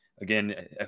again